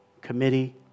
committee